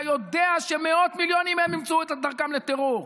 אתה יודע שמאות מיליונים מהם ימצאו את דרכם לטרור,